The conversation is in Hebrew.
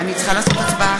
(קוראת בשמות חברי הכנסת)